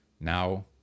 now